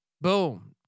Boom